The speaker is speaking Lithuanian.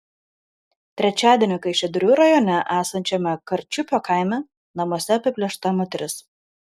trečiadienį kaišiadorių rajone esančiame karčiupio kaime namuose apiplėšta moteris